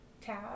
tab